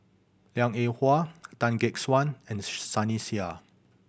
Liang Eng Hwa Tan Gek Suan and Sunny Sia